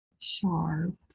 sharp